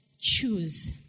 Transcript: choose